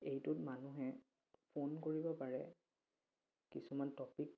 এইটোত মানুহে ফোন কৰিব পাৰে কিছুমান টপিক